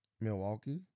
Milwaukee